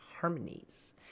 harmonies